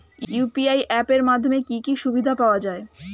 UPI app এর মাধ্যমে কি কি সুবিধা পাওয়া যায়?